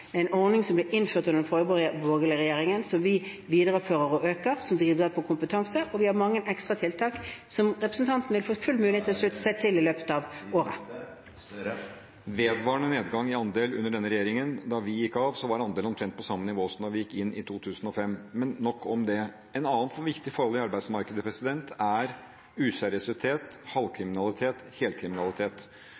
en ordning som ble innført under den forrige borgerlige regjeringen, som vi viderefører og styrker, og som bidrar til kompetanse. Vi har mange ekstra tiltak som representanten vil få full mulighet til å slutte seg til i løpet av året. Vedvarende nedgang i andelen under denne regjeringen: Da vi gikk av, var andelen omtrent på samme nivå som da vi gikk inn i 2005 – men nok om det. Andre viktige forhold i arbeidsmarkedet er useriøsitet,